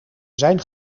zijn